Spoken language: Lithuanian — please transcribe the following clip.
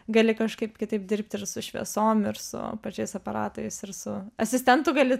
gali kažkaip kitaip dirbti ir su šviesom ir su pačiais aparatais ir su asistentų gali